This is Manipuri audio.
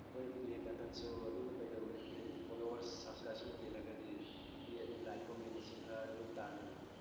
ꯃꯈꯣꯏꯅ ꯄ꯭ꯂꯦ ꯕꯇꯟꯁꯨ ꯑꯗꯨꯅ ꯀꯩꯗꯧꯔꯒꯗꯤ ꯍꯦꯟꯅ ꯐꯣꯂꯣꯋꯥꯔꯁ ꯁꯕꯁꯀ꯭ꯔꯥꯏꯞ ꯁꯨꯝ ꯍꯦꯜꯂꯒꯗꯤ ꯄꯦ ꯑꯗꯨ ꯂꯥꯏꯛ ꯀꯣꯃꯦꯟꯗꯁꯨ ꯈꯔ ꯑꯩꯈꯣꯏ ꯇꯥꯅꯩ